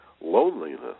loneliness